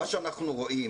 מה שאנחנו רואים